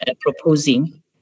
proposing